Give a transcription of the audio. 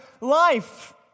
life